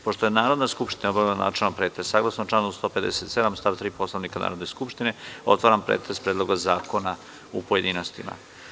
Pošto je Narodna skupština obavila načelni pretres, saglasno članu 157. stav 3. Poslovnika Narodne skupštine otvaram pretres Predloga zakona u pojedinostima.